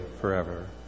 forever